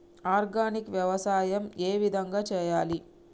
Organic వ్యవసాయం ఏ విధంగా చేయాలి?